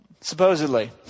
Supposedly